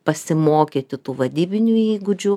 pasimokyti tų vadybinių įgūdžių